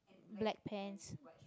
black pants